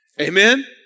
Amen